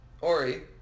Ori